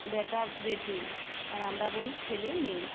বেটা বেটি আর আমরা বলি ছেলে মেয়ে